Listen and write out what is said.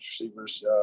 receivers